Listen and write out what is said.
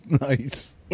Nice